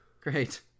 great